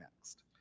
next